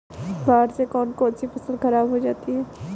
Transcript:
बाढ़ से कौन कौन सी फसल खराब हो जाती है?